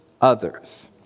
others